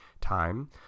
time